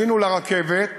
עלינו לרכבת